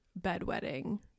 bedwetting